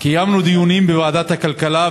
קיימנו דיונים בוועדת הכלכלה,